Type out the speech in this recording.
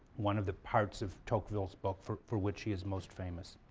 one of the parts of tocqueville's book for for which he is most famous.